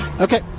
Okay